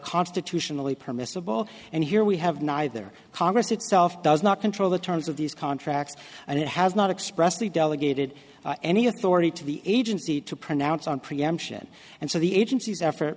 constitutionally permissible and here we have neither congress itself does not control the terms of these contracts and it has not expressly delegated any authority to the agency to pronounce on preemption and so the agency